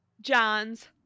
John's